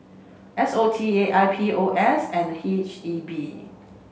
S O T A I P O S and H E B